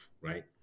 right